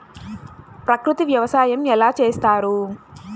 ప్రకృతి వ్యవసాయం ఎలా చేస్తారు?